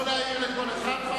רבותי, לא להעיר לכל אחד.